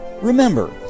Remember